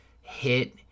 hit